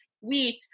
wheat